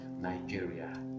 Nigeria